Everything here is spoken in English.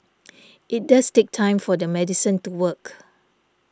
it does take time for the medicine to work